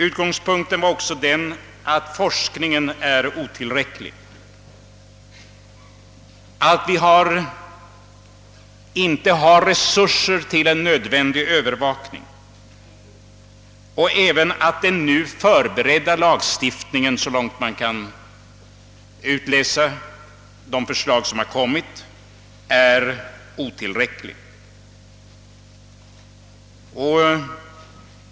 Utgångspunkten var också den att forskningen är otillräcklig, att vi inte har resurser till en nödvändig övervakning och att den nu förberedda lagstiftningen, så långt man kan utläsa av de förslag som har framlagts, är otillräcklig.